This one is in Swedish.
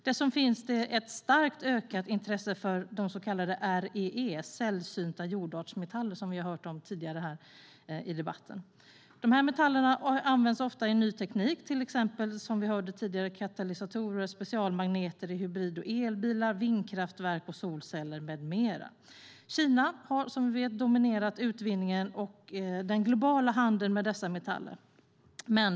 Dessutom finns ett starkt ökat intresse för så kallade REE, sällsynta jordartsmetaller, som vi har hört om tidigare i debatten. Dessa metaller används ofta i ny teknik, i till exempel katalysatorer, specialmagneter i hybrid och elbilar, vindkraftverk och solceller. Kina har dominerat utvinningen av och den globala handeln med dessa metaller.